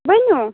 ؤنِو